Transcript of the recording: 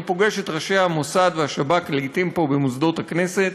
אני פוגש את ראשי השב"כ והמוסד לעתים פה במוסדות הכנסת,